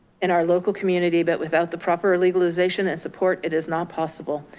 in our local community, but without the proper legalization and support, it is not possible.